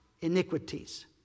iniquities